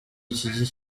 iki